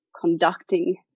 conducting